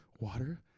water